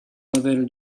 elevator